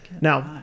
Now